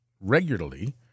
regularly